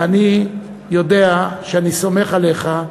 ואני יודע שאני סומך עליך,